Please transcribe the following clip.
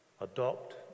adopt